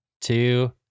two